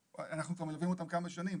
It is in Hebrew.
אנחנו כבר מלווים אותם כמה שנים,